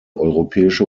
europäische